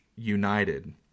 United